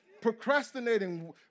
Procrastinating